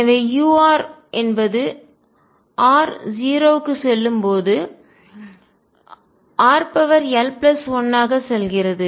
எனவே ur என்பது r 0 க்கு செல்லும்போது rl1 ஆக செல்கிறது